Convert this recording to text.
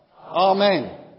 Amen